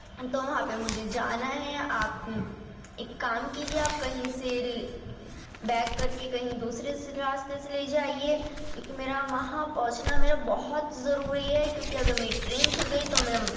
تو وہاں پہ مجھے جانا ہے آپ ایک کام کیجیے آپ کہیں سے بیک کر کے کہیں دوسرے سے راستے سے لے جائیے کیونکہ میرا وہاں پہنچنا میرا بہت ضروری ہے کیونکہ اگر میری ٹرین چھوٹ گئی تو میں